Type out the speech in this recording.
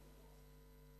המוחלשות